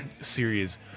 series